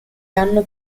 hanno